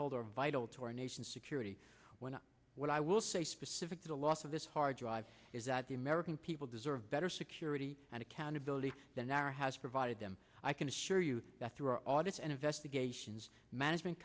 hold are vital to our nation's security when what i will say specific to the loss of this hard drive is that the american people deserve better security and accountability the narra has provided them i can assure you that through our audit and investigations management